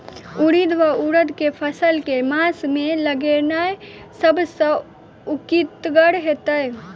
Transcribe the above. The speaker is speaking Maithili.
उड़ीद वा उड़द केँ फसल केँ मास मे लगेनाय सब सऽ उकीतगर हेतै?